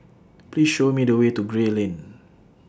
Please Show Me The Way to Gray Lane